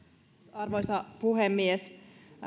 arvoisa puhemies